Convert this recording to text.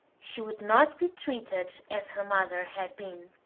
she would not be treated as her mother had been.